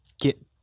get